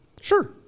sure